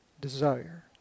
desire